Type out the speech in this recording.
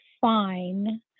fine